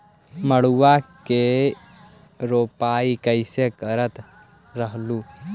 मड़उआ की रोपाई कैसे करत रहलू?